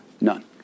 None